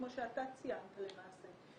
כמו שאתה ציינת למעשה,